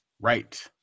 Right